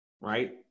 right